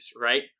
right